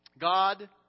God